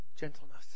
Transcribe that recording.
Gentleness